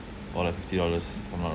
or like fifty dollars if I'm not wrong